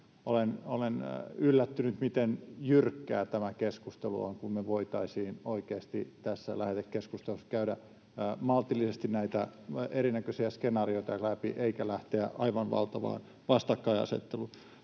olen yllättynyt, miten jyrkkää tämä keskustelu on, kun me voitaisiin oikeasti tässä lähetekeskustelussa käydä maltillisesti näitä erinäköisiä skenaarioita läpi eikä lähteä aivan valtavaan vastakkainasetteluun.